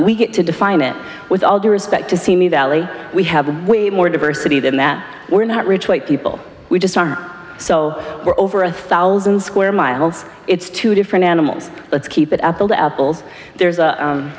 we get to define it with all due respect to simi valley we have more diversity than that we're not rich white people we just are so we're over a thousand square miles it's two different animals let's keep it up all the apples there's a